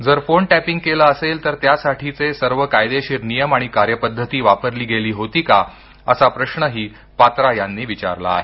जर phone tapping केलं असेल तर त्यासाठीचे सर्व कायदेशीर नियम आणि कार्यपद्धती वापरली गेली होती का असा प्रश्नही पात्रा यांनी विचारला आहे